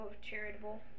charitable